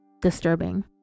disturbing